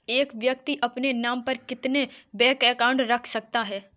एक व्यक्ति अपने नाम पर कितने बैंक अकाउंट रख सकता है?